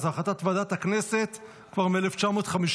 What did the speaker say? החלטת ועדת הכנסת כבר מ-1953.